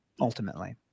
ultimately